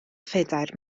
phedair